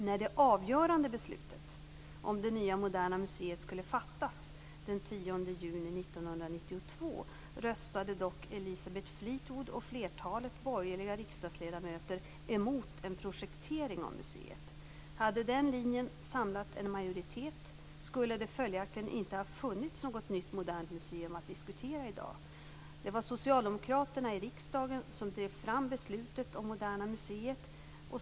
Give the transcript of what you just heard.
När det avgörande beslutet om det nya Moderna museet skulle fattas - den 10 juni 1992 - röstade dock Elisabeth Fleetwood och flertalet borgerliga riksdagsledamöter emot en projektering av museet. Hade den linjen samlat en majoritet skulle det följaktligen inte ha funnits något nytt modernt museum att diskutera i dag. Det var socialdemokraterna i riksdagen som drev fram beslutet om Moderna museet.